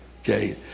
okay